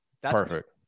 perfect